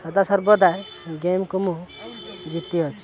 ସଦା ସର୍ବଦା ଗେମ୍କୁ ମୁଁ ଜିତି ଅଛି